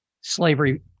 slavery